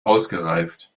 ausgereift